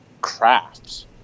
crafts